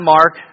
Mark